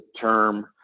term